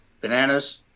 bananas